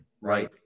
right